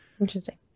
interesting